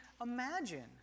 imagine